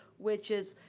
which is